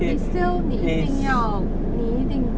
resale 你一定要你一定